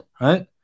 right